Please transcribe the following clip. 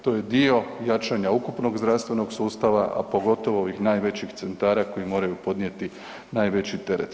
To je dio jačanja ukupnog zdravstvenog sustava, a pogotovo ovih najvećih centara koje moraju podnijeti najveći teret.